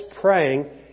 praying